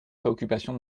préoccupation